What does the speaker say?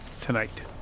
tonight